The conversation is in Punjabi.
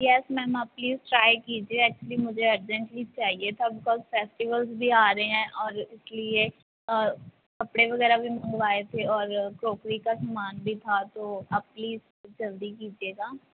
ਯੈਸ ਮੈਮ ਆਪ ਪਲੀਜ਼ ਟਰਾਏ ਕੀਜੀਏ ਐਚੁਅਲੀ ਮੁਝੇ ਅਰਜੈਂਟਲੀ ਚਾਹੀਏ ਤਬ ਬੀਕੋਸ ਫੈਸਟੀਵਲਸ ਵੀ ਆ ਰਹੇ ਐ ਔਰ ਕੀ ਏ ਔਰ ਕੱਪੜੇ ਵਗੈਰਾ ਵੀ ਮੰਗਵਾਏ ਥੇ ਔਰ ਕਰੋਕਰੀ ਕਾ ਸਮਾਨ ਵੀ ਥਾ ਤੋਂ ਆਪ ਪਲੀਜ਼ ਜਲਦੀ ਕੀਜੀਏਗਾ